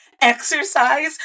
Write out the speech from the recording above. exercise